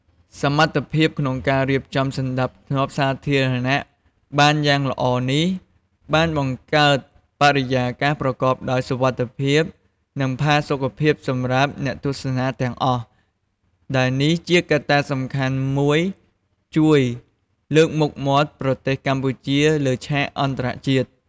សមត្ថភាពក្នុងការរៀបចំសណ្ដាប់ធ្នាប់សាធារណៈបានយ៉ាងល្អនេះបានបង្កើតបរិយាកាសប្រកបដោយសុវត្ថិភាព និងផាសុកភាពសម្រាប់អ្នកទស្សនាទាំងអស់ ដែលនេះជាកត្តាសំខាន់មួយជួយ លើកមុខមាត់ប្រទេសកម្ពុជាលើឆាកអន្តរជាតិ។